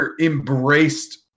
embraced